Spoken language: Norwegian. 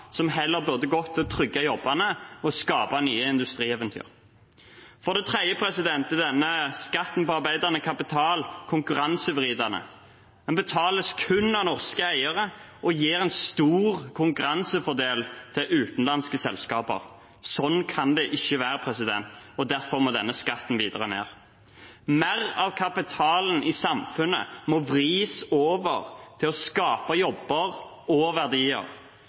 som heller burde gått til å trygge jobbene og skape nye industrieventyr. For det tredje er denne skatten på arbeidende kapital konkurransevridende. Den betales kun av norske eiere og gir en stor konkurransefordel til utenlandske selskaper. Sånn kan det ikke være, og derfor må denne skatten videre ned. Mer av kapitalen i samfunnet må vris over til å skape jobber og verdier.